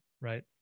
Right